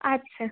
আচ্ছা